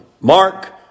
Mark